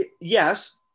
Yes